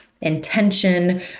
intention